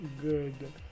good